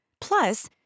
Plus